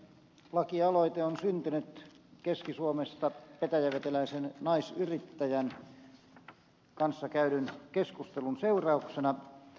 lakialoite on syntynyt keski suomesta petäjäveteläisen naisyrittäjän kanssa käydyn keskustelun seurauksena